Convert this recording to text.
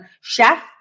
chef